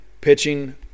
pitching